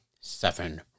seven